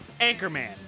Anchorman